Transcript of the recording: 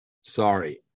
Sorry